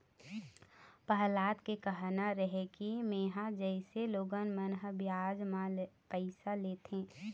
पहलाद के कहना रहय कि मेंहा जइसे लोगन मन ह बियाज म पइसा लेथे,